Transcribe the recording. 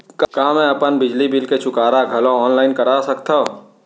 का मैं अपन बिजली बिल के चुकारा घलो ऑनलाइन करा सकथव?